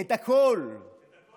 את הקול, בקו"ף.